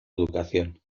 educación